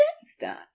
instant